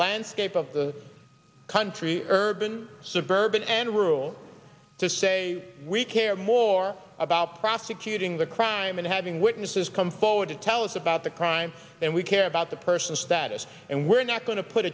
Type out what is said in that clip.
landscape of the country urban suburban and rural to say we care more about prosecuting the crime and having witnesses come forward to tell us about the crime and we care about the person's status and we're not going to put